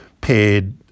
paid